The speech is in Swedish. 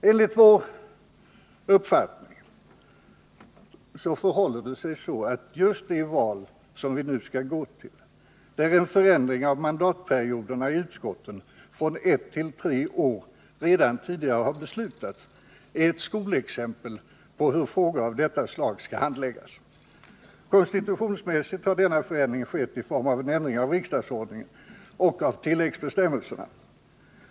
Enligt vår uppfattning förhåller det sig så att just det val som vi nu skall gå till — där en förändring av mandatperioderna i utskotten från ett till tre år redan tidigare har beslutats — är ett skolexempel på hur frågor av detta slag skall handläggas. Konstitutionsmässigt har denna förändring skett i form av en ändring av riksdagsordningen och av tilläggsbestämmelserna.